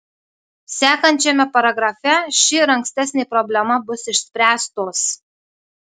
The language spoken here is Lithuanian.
sekančiame paragrafe ši ir ankstesnė problema bus išspręstos